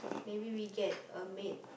maybe we get a maid